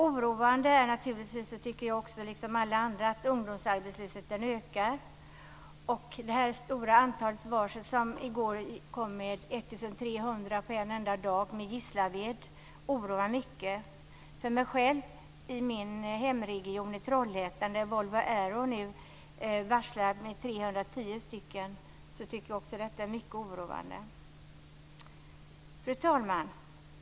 Jag tycker naturligtvis liksom alla andra att det är oroande att ungdomsarbetslösheten ökar. Det stora antalet varsel i går, 1 300 på en enda dag, bl.a. i Gislaved, oroar mycket. I min hemregion i Trollhättan varslar Volvo Aero 310 personer, vilket är mycket oroande. Fru talman!